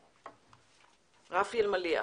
ישראל.